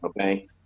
Okay